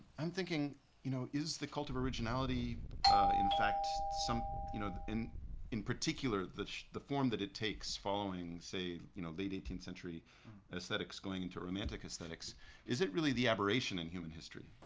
i'm thinking you know is the cult of originality in fact some you know. in in particular the form that it takes following say you know late eighteenth century aesthetics going into romantic aesthetics is it really the aberration in human history?